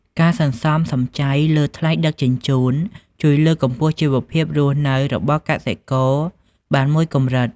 ការសន្សំសំចៃលើថ្លៃដឹកជញ្ជូន ជួយលើកកម្ពស់ជីវភាពរស់នៅរបស់កសិករបានមួយកម្រិត។